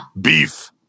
beef